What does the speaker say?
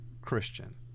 Christian